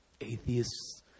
atheists